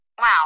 Wow